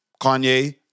Kanye